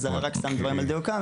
אז רק שם דברים על דיוקם,